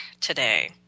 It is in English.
today